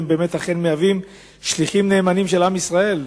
והם באמת שליחים נאמנים של עם ישראל.